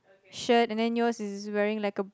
shirt and then yours is wearing like a shirt